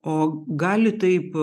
o gali taip